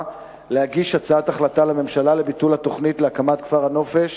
להגיש הצעת החלטה לממשלה לביטול התוכנית להקמת כפר הנופש